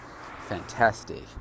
fantastic